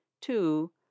Two